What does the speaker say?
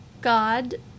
God